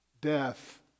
death